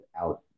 out